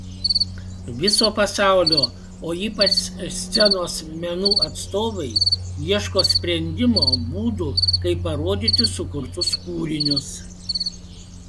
viso pasaulio o ypač scenos menų atstovai ieško sprendimo būdų kaip parodyti sukurtus kūrinius